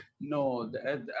No